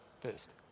first